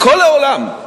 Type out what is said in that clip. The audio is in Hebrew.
בכל העולם,